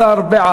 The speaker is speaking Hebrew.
הסרה.